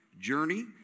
journey